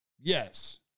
yes